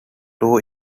two